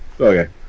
Okay